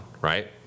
Right